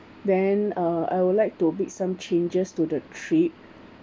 then uh I would like to make some changes to the trip